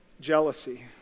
jealousy